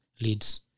leads